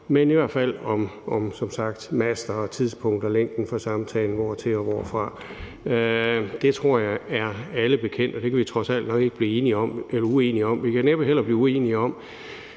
men i hvert fald som sagt om master og tidspunkter, længden af samtalen, hvortil og hvorfra. Det tror jeg er alle bekendt, og det kan vi trods alt næppe blive uenige om. Vi kan næppe heller blive uenige om,